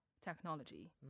technology